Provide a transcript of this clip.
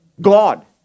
God